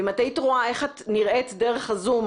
ואם היית רואה איך את נראית דרך הזום,